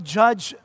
judge